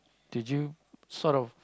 did you sort of